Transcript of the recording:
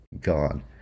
gone